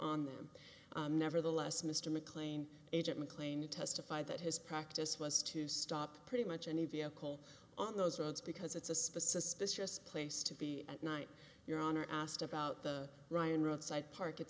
on them nevertheless mr mclean agent mcclain to testify that his practice was to stop pretty much any vehicle on those roads because it's a specific place to be at night your honor asked about the ryan roadside park it's